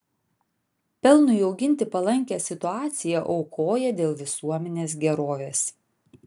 pelnui auginti palankią situaciją aukoja dėl visuomenės gerovės